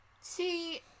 See